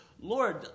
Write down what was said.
Lord